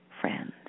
friends